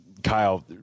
Kyle